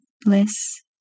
bliss